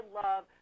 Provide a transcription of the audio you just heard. love